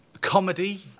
comedy